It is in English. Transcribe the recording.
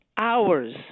hours